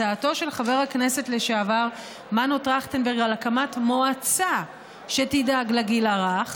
הצעתו של חבר הכנסת לשעבר מנו טרכטנברג על הקמת מועצה שתדאג לגיל הרך,